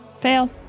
Fail